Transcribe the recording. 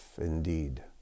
indeed